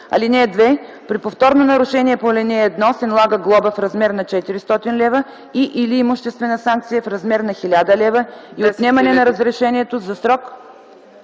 лв. (2) При повторно нарушение по ал. 1 се налага глоба в размер на 400 лв. и/или имуществена санкция в размер на 10 000 лв. и отнемане на разрешението за срок